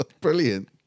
Brilliant